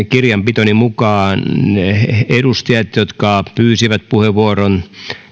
kirjanpitoni mukaan niistä edustajista jotka pyysivät puheenvuoron